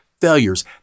failures